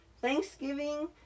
thanksgiving